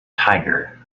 tiger